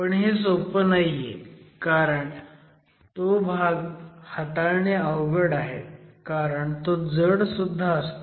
पण हे सोपं नाहीये कारण तो भाग हाताळणे अवघड आहे कारण तो जड सुद्धा असतो